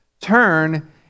turn